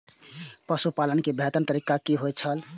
पशुपालन के बेहतर तरीका की होय छल?